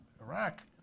Iraq